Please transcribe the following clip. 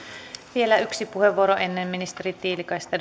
vielä yksi puheenvuoro ennen ministeri tiilikaista